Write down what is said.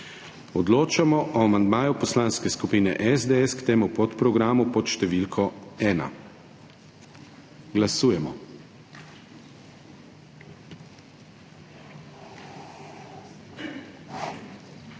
Odločamo o amandmaju Poslanske skupine SDS k temu podprogramu pod številko 1. Glasujemo.